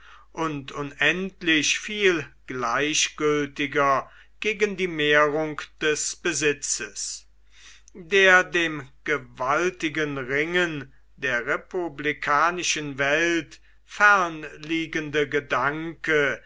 und unendlich viel gleichgültiger gegen die mehrung des besitzes der dem gewaltigen ringen der republikanischen welt fern liegende gedanke